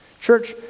Church